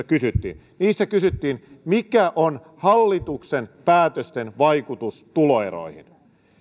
kysyttiin niissä kysyttiin mikä on hallituksen päätösten vaikutus tuloeroihin